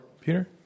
Peter